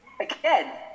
again